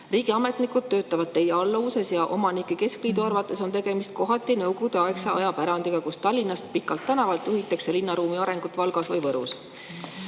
Riigiametnikud töötavad teie alluvuses. Omanike keskliidu arvates on kohati tegemist Nõukogude aja pärandiga, kus Tallinnast Pikalt tänavalt juhitakse linnaruumi arengut Valgas või Võrus.